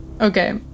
okay